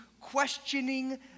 questioning